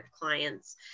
clients